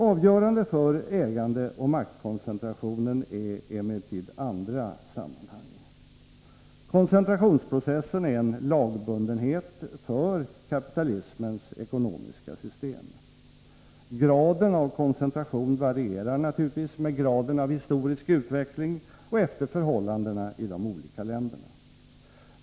Avgörande för ägandeoch maktkoncentrationen är emellertid andra sammanhang. Koncentrationsprocessen är en lagbundenhet för kapitalismens ekonomiska system. Graden av koncentration varierar naturligtvis med graden av historisk utveckling och efter förhållandena i de olika länderna.